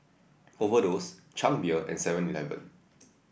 Overdose Chang Beer and Seven Eleven